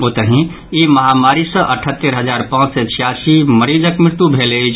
ओतहि ई महामारी सँ अठहत्तरि हजार पांच सय छियासी मरीजक मृत्यु भेल अछि